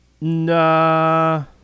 Nah